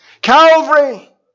Calvary